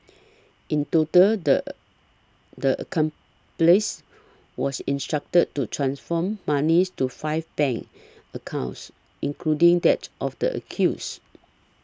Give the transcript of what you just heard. in total the the a come place was instructed to transfer monies to five bank accounts including that of the accused